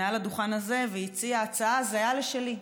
מעל הדוכן הזה, והציע הצעה זהה שלי,